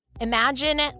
Imagine